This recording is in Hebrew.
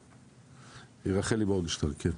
רחלי מורגנשטרן בבקשה.